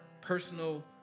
personal